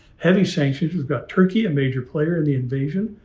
heavy sanctions. we got turkey, a major player in the invasion,